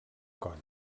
colla